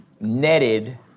netted